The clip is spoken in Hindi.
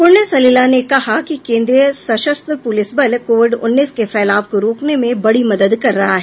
पुण्य सलिला ने कहा कि केंद्रीय सशस्त्र पुलिस बल कोविड उन्नीस के फैलाव को रोकने में बड़ी मदद कर रहा है